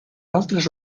altres